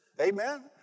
Amen